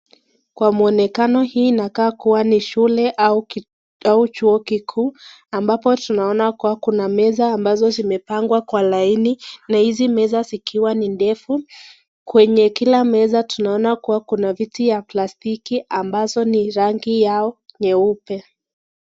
Kwa muonekano hii inakaa kuwa ni shule au chuo kikuu ambapo tunaona kuwa kuna meza ambazo zimepangua kwa laini, na hizi meza zikiwa ni ndefu, kwenye kila meza tunaona kuna kuwa kiti ya plastiki ambazo ni rangi yao nyeupe.